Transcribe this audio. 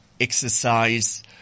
exercise